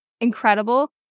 incredible